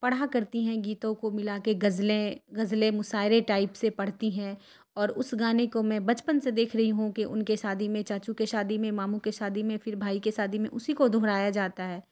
پڑھا کرتی ہیں گیتوں کو ملا کے غزلیں غزلیں مشاعرے ٹائپ سے پڑھتی ہیں اور اس گانے کو میں بچپن سے دیکھ رہی ہوں کہ ان کے شادی میں چاچو کے شادی میں ماموں کے شادی میں پھر بھائی کے شادی میں اسی کو دہرایا جاتا ہے